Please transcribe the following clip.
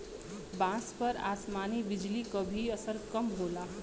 बांस पर आसमानी बिजली क भी असर कम होला